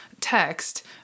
text